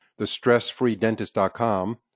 thestressfreedentist.com